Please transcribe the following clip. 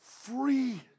free